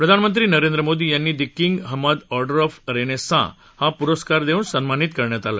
प्रधानमंत्री नरेंद्र मोदी यांना the King Hamad Order of Renaissance हा पुरस्कार देवून सन्मानित केलं गेलं